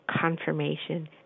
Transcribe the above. Confirmation